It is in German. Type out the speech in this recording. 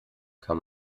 kann